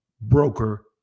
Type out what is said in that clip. broker